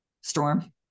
storm